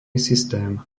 systém